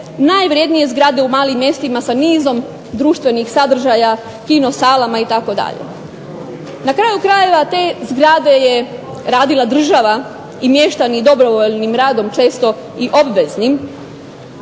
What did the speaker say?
najvrjednije zgrade u malim mjestima sa nizom društvenih sadržaja, kinosalama itd. Na kraju krajeva te zgrade je radila država i mještani dobrovoljnim radom često i obveznim,